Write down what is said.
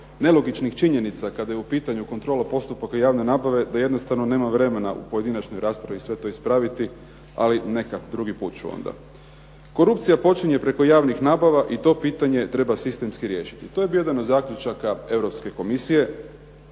nelogičnih činjenica kada je u pitanju kontrola postupaka javne nabave, da jednostavno nemam vremena u pojedinačnoj raspravi sve to ispraviti. Ali neka, drugi put ću onda. Korupcija počinje preko javnih nabava i to pitanje treba sistemski riješiti. I to je bio jedan od zaključaka Europske Komisije.